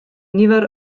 nifer